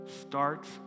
starts